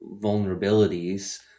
vulnerabilities